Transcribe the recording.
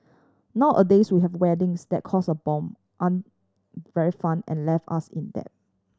nowadays we have weddings that cost a bomb aren't very fun and leave us in debt